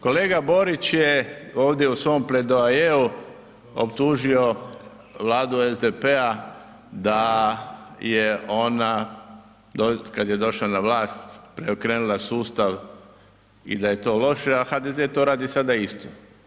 Kolega Borić je ovdje u svom pledoajeu optužio Vladu SDP-a da je ona, kad je došla na vlast, preokrenula sustav i da je to loše, a HDZ to radi sada isto.